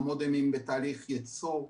המודמים בתהליך ייצור.